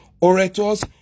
orators